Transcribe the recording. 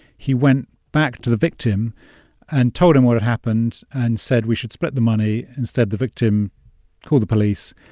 he went back to the victim and told him what had happened and said, we should split the money. instead, the victim called the police,